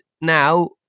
now